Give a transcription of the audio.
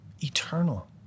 eternal